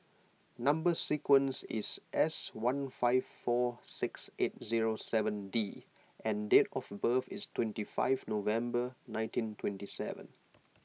Number Sequence is S one five four six eight zero seven D and date of birth is twenty five November nineteen twenty seven